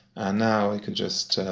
and now i can just